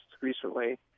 recently